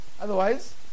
Otherwise